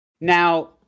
Now